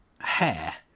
hair